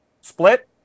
Split